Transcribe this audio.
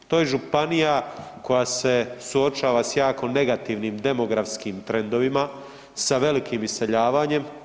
To je županija koja se suočava sa jako negativnim demografskim trendovima, sa velikim iseljavanjem.